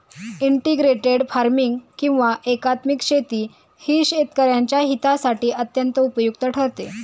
integrated farming किंवा एकात्मिक शेती ही शेतकऱ्यांच्या हितासाठी अत्यंत उपयुक्त ठरते